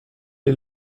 est